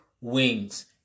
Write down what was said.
wings